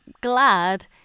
glad